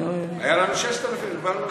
היו לנו 6,000, והגבלנו ל-80.